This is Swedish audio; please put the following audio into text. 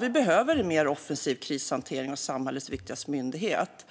Vi behöver en mer offensiv krishantering av samhällets viktigaste myndighet.